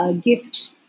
gift